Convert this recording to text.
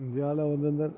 இந்தியாவில் வந்து இந்த